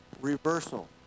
reversal